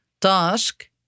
task